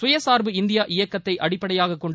சுயசார்பு இந்தியா இயக்கத்தைஅடிப்படையாககொண்டு